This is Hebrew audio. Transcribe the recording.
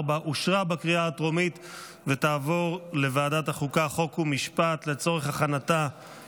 2024, לוועדת החוקה, חוק ומשפט נתקבלה.